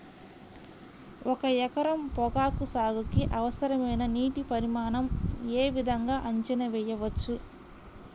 ఒక ఎకరం పొగాకు సాగుకి అవసరమైన నీటి పరిమాణం యే విధంగా అంచనా వేయవచ్చు?